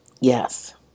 Yes